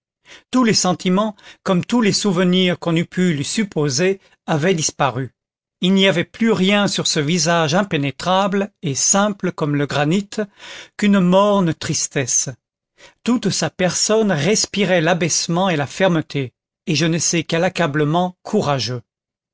tous les sentiments comme tous les souvenirs qu'on eût pu lui supposer avaient disparu il n'y avait plus rien sur ce visage impénétrable et simple comme le granit qu'une morne tristesse toute sa personne respirait l'abaissement et la fermeté et je ne sais quel accablement courageux